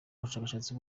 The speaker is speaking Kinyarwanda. bushakshatsi